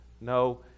No